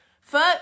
Fuck